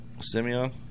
Simeon